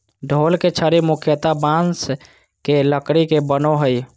ढोल के छड़ी मुख्यतः बाँस के लकड़ी के बनो हइ